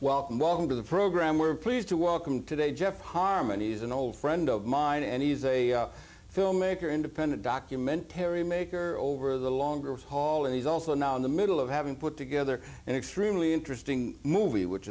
welcome to the program we're pleased to welcome to day jeff harmonies an old friend of mine and he's a filmmaker independent document terry maker over the longer haul and he's also now in the middle of having put together an extremely interesting movie which